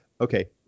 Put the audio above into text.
okay